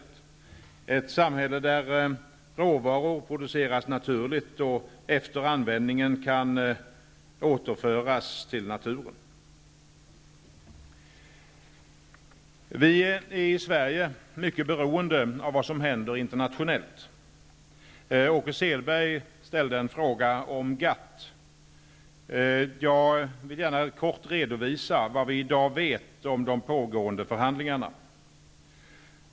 Det är ett samhälle där råvaror produceras naturligt och som efter användningen kan återföras till naturen. Vi i Sverige är mycket beroende av vad som händer internationellt. Åke Selberg ställde en fråga om GATT, och jag vill gärna kort redovisa vad vi i dag vet om de pågående förhandlingarna.